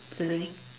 zhi ling